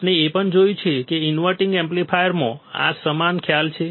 આપણે એ પણ જોયું છે કે ઇન્વર્ટીંગ એમ્પ્લીફાયરમાં આ સમાન ખ્યાલ છે